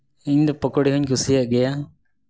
ᱤᱧ ᱫᱚ ᱯᱚᱠᱳᱲᱤ ᱦᱚᱧ ᱠᱩᱥᱤᱭᱟᱜ ᱜᱮᱭᱟ